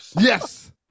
Yes